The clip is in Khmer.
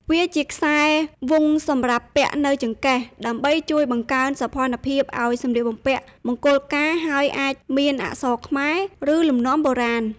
វាជាខ្សែវង់សម្រាប់ពាក់នៅចង្កេះ ដើម្បីជួយបង្កើនសោភណ្ឌភាពឲ្យសម្លៀកបំពាក់មង្គលការ ហើយអាចមានអក្សរខ្មែរ ឬលំនាំបុរាណ។